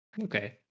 Okay